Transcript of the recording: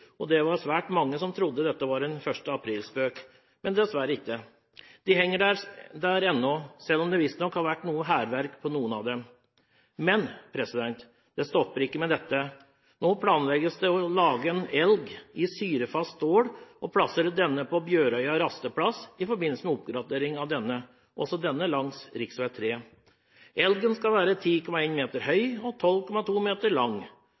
og det var svært mange som trodde dette var en aprilspøk. Men det var det dessverre ikke. De henger der ennå, selv om det visstnok har vært noe hærverk på noen av dem. Men det stopper ikke med dette. Nå planlegges det å lage en elg i syrefast stål og plassere denne på Bjøråa rasteplass i forbindelse med oppgradering av rasteplassen, som også ligger langs rv. 3. Elgen skal være 10,1 meter høy og 12,2 meter lang.